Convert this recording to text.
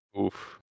Oof